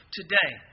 today